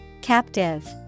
Captive